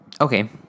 okay